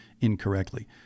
incorrectly